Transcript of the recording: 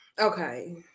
Okay